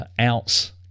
ounce